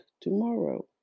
tomorrow